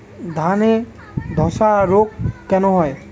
ধানে ধসা রোগ কেন হয়?